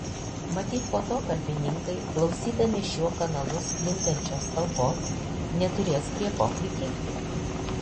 matyt po to kalbininkai klausydami šiuo kanalu sklindančios kalbos neturės prie ko prikibti